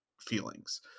feelings